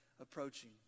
approaching